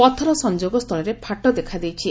ପଥର ସଂଯୋଗସ୍ଚଳରେ ଫାଟ ଦେଖାଦେଇଛି